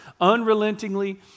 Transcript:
Unrelentingly